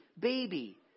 baby